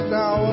now